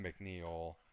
McNeil